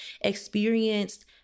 experienced